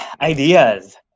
ideas